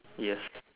yes